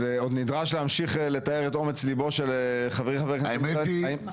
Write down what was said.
עוד נדרש להמשיך לתאר את אומץ ליבו של חברי חבר הכנסת עמית הלוי.